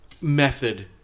method